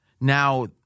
now –